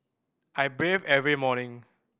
I bathe every morning